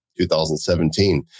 2017